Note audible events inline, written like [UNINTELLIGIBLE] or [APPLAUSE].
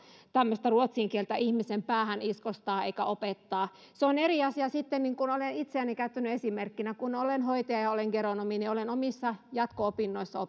tämmöistä ruotsin kieltä ihmisen päähän iskostaa emmekä opettaa se on eri asia sitten kun olen itseäni käyttänyt esimerkkinä ja olen hoitaja ja ja olen geronomi että olen omissa jatko opinnoissani [UNINTELLIGIBLE]